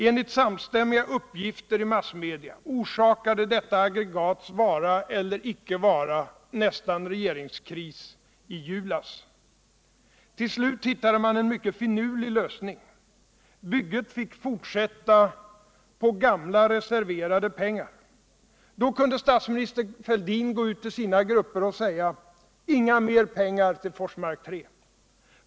Enligt samstämmiga uppgifter orsakade detta aggregats vara eller icke vara nästan regeringskris i julas. Till slut hittade man en mycket finurlig lösning: Bygget fick fortsätta på gamla, reserverade pengar. Då kunde statsminister Fälldin gå ut till sina grupper och säga: Inga mer pengar till Forsmark 3.